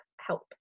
help